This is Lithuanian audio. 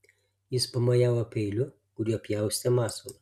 jis pamojavo peiliu kuriuo pjaustė masalą